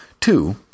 Two